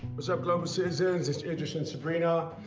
what's up, global citizens? it's idris and sabrina.